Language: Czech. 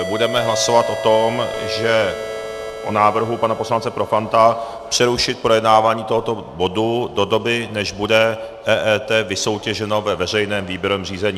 Budeme hlasovat o návrhu poslance Profanta přerušit projednávání tohoto bodu do doby, než bude EET vysoutěženo ve veřejném výběrovém řízení.